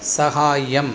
सहायम्